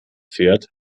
fährt